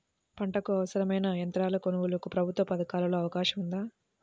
పంటకు అవసరమైన యంత్రాల కొనగోలుకు ప్రభుత్వ పథకాలలో అవకాశం ఉందా?